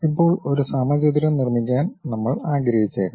ഇപ്പോൾ ഒരു സമചതുരം നിർമ്മിക്കാൻ നമ്മൾ ആഗ്രഹിച്ചേക്കാം